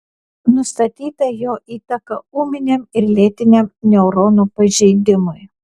nustatyta jo įtaka ūminiam ir lėtiniam neuronų pažeidimui